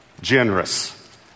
Generous